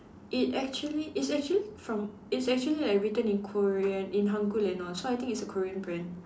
it actually it's actually from it's actually like written in Korean in hangul and all so I think it's a Korean brand